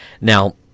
Now